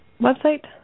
website